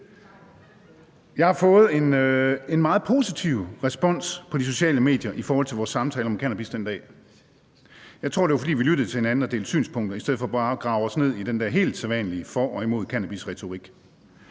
Jeg har fået en meget positiv respons på de sociale medier i forhold til vores samtale om cannabis den dag. Jeg tror, det var, fordi vi lyttede til hinanden og delte synspunkter i stedet for bare at grave os ned i den der helt sædvanlige for og imod cannabis-retorik.